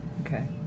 Okay